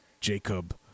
Jacob